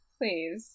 Please